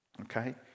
okay